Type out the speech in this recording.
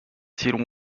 till